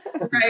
right